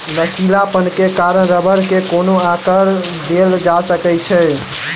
लचीलापन के कारण रबड़ के कोनो आकर देल जा सकै छै